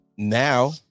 now